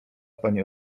pani